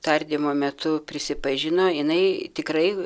tardymo metu prisipažino jinai tikrai